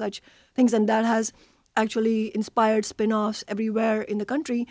such things and that has actually inspired spinoffs everywhere in the country